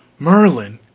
merlin,